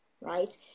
right